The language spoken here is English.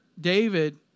David